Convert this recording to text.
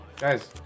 Guys